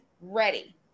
ready